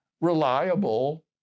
reliable